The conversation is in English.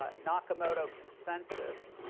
ah nakamoto consensus,